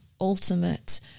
ultimate